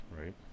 Right